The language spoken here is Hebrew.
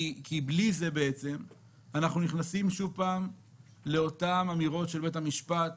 בלי זה אנחנו נכנסים שוב לאותן אמירות של בית המשפט